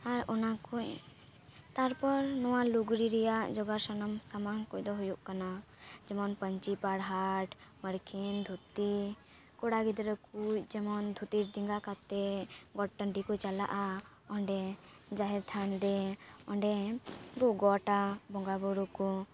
ᱟᱨ ᱚᱱᱟ ᱠᱩᱡ ᱛᱟᱨᱯᱚᱨ ᱱᱚᱣᱟ ᱞᱩᱜᱽᱲᱤ ᱨᱮᱭᱟᱜ ᱡᱚᱜᱟ ᱥᱟᱱᱟᱢ ᱥᱟᱢᱟᱝ ᱠᱩᱡ ᱫᱚ ᱦᱩᱭᱩᱜ ᱠᱟᱱᱟ ᱡᱮᱢᱚᱱ ᱯᱟᱹᱧᱪᱤ ᱯᱟᱲᱦᱟᱨ ᱢᱟᱨᱠᱷᱤᱱ ᱫᱷᱩᱛᱤ ᱠᱚᱲᱟ ᱜᱤᱫᱽᱨᱟᱹ ᱠᱩᱡ ᱡᱮᱢᱚᱱ ᱫᱷᱩᱛᱤ ᱰᱮᱜᱟ ᱠᱟᱛᱮ ᱜᱚᱴ ᱴᱟᱺᱰᱤ ᱠᱚ ᱪᱟᱞᱟᱜᱼᱟ ᱚᱸᱰᱮ ᱡᱟᱦᱮᱨ ᱛᱷᱟᱱ ᱨᱮ ᱚᱸᱰᱮ ᱜᱚᱴᱟ ᱵᱚᱸᱜᱟ ᱵᱳᱨᱳ ᱠᱚ